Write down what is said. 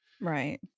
Right